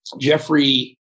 Jeffrey